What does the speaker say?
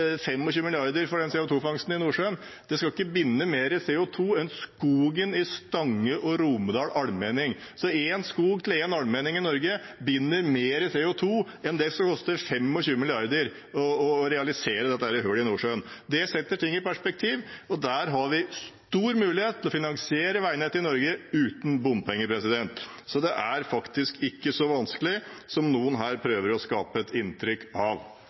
for CO 2 -fangsten i Nordsjøen, skal ikke binde mer CO 2 enn skogen i Romedal og Stange almenninger. Så én skog i en allmenning i Norge binder mer CO 2 enn det som koster 25 mrd. kr å realisere i dette hullet i Nordsjøen. Det setter ting i perspektiv. Der har vi en stor mulighet til å finansiere veinettet i Norge uten bompenger. Det er faktisk ikke så vanskelig som noen her prøver å skape et inntrykk av.